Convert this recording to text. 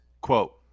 quote